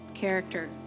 character